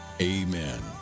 amen